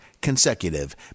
consecutive